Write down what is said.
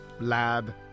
lab